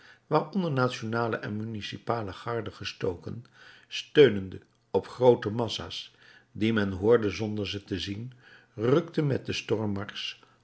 waaronder nationale en municipale garden gestoken steunende op groote massa's die men hoorde zonder ze te zien rukte met den